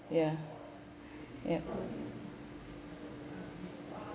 ya yup